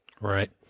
Right